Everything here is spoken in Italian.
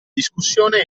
discussione